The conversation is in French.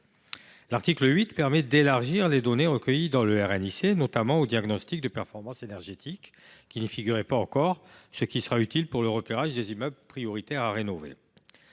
L’article 8 permet d’étendre les données recueillies dans le RNIC, notamment au diagnostic de performance énergétique, qui n’y figurait pas encore, ce qui sera utile pour le repérage des immeubles devant être prioritairement rénovés.